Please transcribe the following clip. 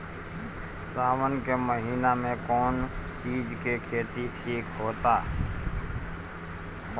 सावन के महिना मे कौन चिज के खेती ठिक होला?